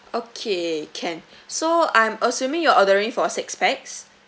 okay can so I'm assuming you're ordering for six pax